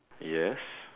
yes